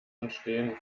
entstehen